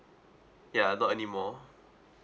yeah not anymore